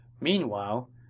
Meanwhile